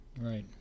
Right